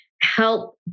help